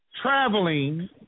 traveling